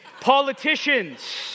politicians